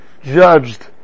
judged